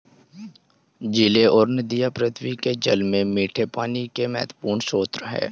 झीलें और नदियाँ पृथ्वी के जल में मीठे पानी के महत्वपूर्ण स्रोत हैं